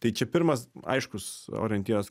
tai čia pirmas aiškus orientyras